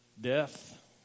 Death